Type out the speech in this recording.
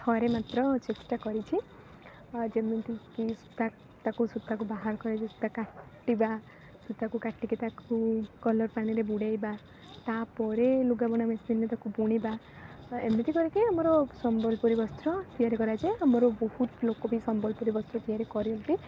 ଥରେ ମାତ୍ର ଚେଷ୍ଟା କରିଛି ଯେମିତିକି ସୂତା ତାକୁ ସୂତାକୁ ବାହାର କରି ତାକୁ କାଟିବା ସୂତାକୁ କାଟିକି ତାକୁ କଲର୍ ପାଣିରେ ବୁଡ଼ାଇବା ତାପରେ ଲୁଗାବୁଣା ମେସିନ୍ରେ ତାକୁ ବୁଣିବା ଏମିତି କରିକି ଆମର ସମ୍ବଲପୁରୀ ବସ୍ତ୍ର ତିଆରି କରାଯାଏ ଆମର ବହୁତ ଲୋକ ବି ସମ୍ବଲପୁରୀ ବସ୍ତ୍ର ତିଆରି କରନ୍ତି